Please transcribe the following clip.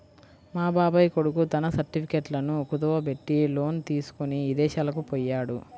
మా బాబాయ్ కొడుకు తన సర్టిఫికెట్లను కుదువబెట్టి లోను తీసుకొని ఇదేశాలకు పొయ్యాడు